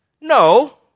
No